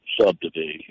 subdivisions